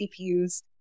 CPUs